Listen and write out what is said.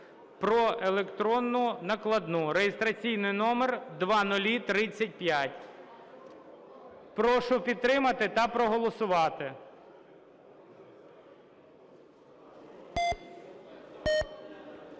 про електронну накладну (реєстраційний номер 0035). Прошу підтримати та проголосувати.